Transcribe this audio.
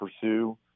pursue